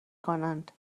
کنند